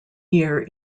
year